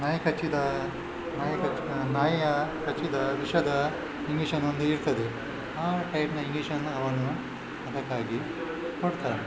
ನಾಯಿ ಕಚ್ಚಿದ ನಾಯಿ ಕಚ್ಚಿದ ನಾಯಿಯ ಕಚ್ಚಿದ ವಿಷದ ಇಂಗೇಷನ್ ಒಂದು ಇರ್ತದೆ ಆ ಟೈಪಿನ ಇಂಗೇಷನ್ನ ಅವನು ಅದಕ್ಕಾಗಿ ಕೊಡ್ತಾರೆ